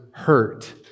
hurt